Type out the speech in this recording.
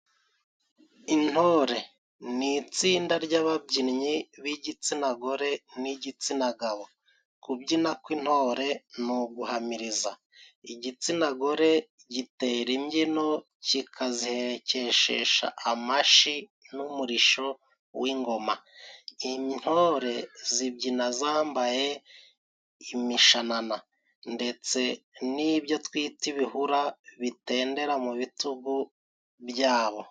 Intore ni itsinda ry'ababyinnyi b'igitsina gore n'igitsina gabo. Kubyina kw'intore ni uguhamiriza. Igitsina gore gitera imbyino kikaziherekeshesha amashi n'umurisho w'ingoma. Intore zibyina zambaye imishanana. Ndetse n'ibyo twita ibihura bitendera mu bitugu byabo.